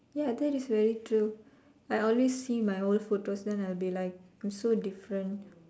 ya that is very true I always see my old photos then I'll be like I'm so different